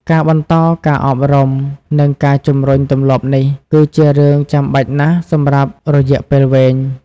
ការបន្តការអប់រំ និងការជំរុញទម្លាប់នេះ គឺជារឿងចាំបាច់ណាស់សម្រាប់រយៈពេលវែង។